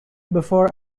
before